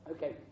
Okay